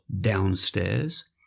downstairs